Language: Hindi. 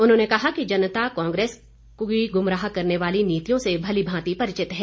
उन्होंने कहा कि जनता कांग्रेस की गुमराह करने वाली नीतियों से भलीभांति परिचित है